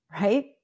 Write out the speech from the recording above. right